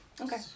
Okay